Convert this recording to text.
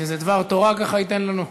איזה דבר תורה ככה ייתן לנו?